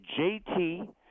JT